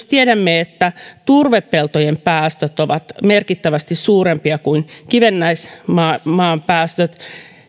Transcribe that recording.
tiedämme myös että turvepeltojen päästöt ovat merkittävästi suurempia kuin kivennäismaan päästöt